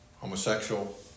homosexual